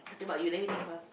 say about you let me think first